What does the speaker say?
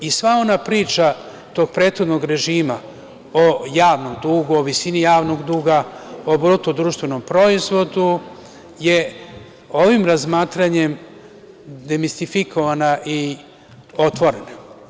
I sva ona priča tog prethodnog režima o javnom dugu, o visini javnog duga, o BDP je ovim razmatranjem demistifikovana i otvorena.